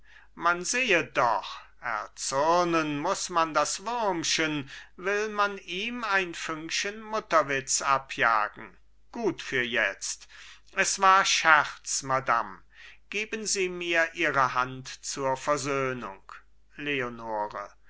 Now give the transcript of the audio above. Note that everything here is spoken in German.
man sehe doch erzürnen muß man das würmchen will man ihm ein fünkchen mutterwitz abjagen gut für jetzt es war scherz madam geben sie mir ihre hand zur versöhnung leonore